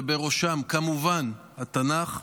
ובראשם כמובן התנ"ך,